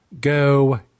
Go